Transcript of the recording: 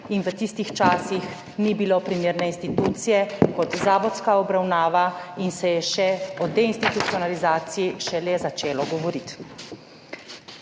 v tistih časih ni bilo druge primerne institucije kot zavodska obravnava in se je o deinstitucionalizaciji šele začenjalo govoriti.